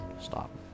stop